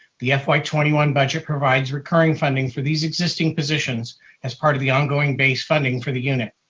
the fy twenty one budget provides recurring funding for these existing positions as part of the ongoing base funding for the unit.